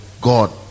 God